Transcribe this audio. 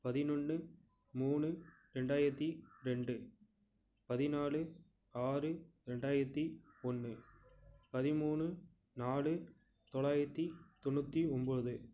பதினொன்று மூணு ரெண்டாயித்தி ரெண்டு பதினாலு ஆறு ரெண்டாயித்தி ஒன்று பதிமூணு நாலு தொளாயித்தி தொண்ணூற்றி ஒம்பது